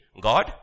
God